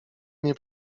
nie